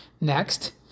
next